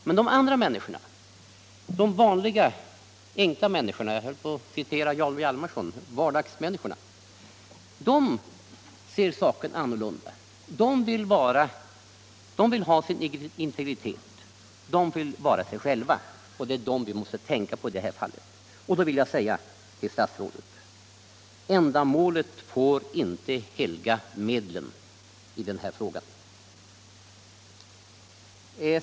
Men de andra människorna, de vanliga, enkla människorna — jag höll på att citera Jarl Hjalmarson och säga ”vardagsmänniskorna” — ser saken annorlunda. De vill ha sin integritet, de vill vara sig själva. Det är dem vi måste tänka på i det här fallet. Därför vill jag säga till statsrådet: Ändamålen får inte helga medlen i den här frågan!